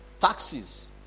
taxes